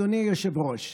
אדוני היושב-ראש,